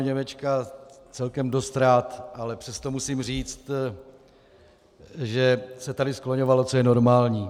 Němečka celkem dost rád, ale přesto musím říct, že se tady skloňovalo, co je normální.